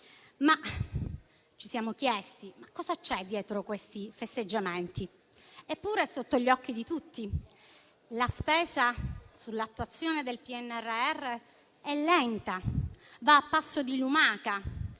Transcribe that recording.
ma ci siamo chiesti cosa c'è dietro questi festeggiamenti. Eppure è sotto gli occhi di tutti: la spesa sull'attuazione del PNRR è lenta, va a passo di lumaca.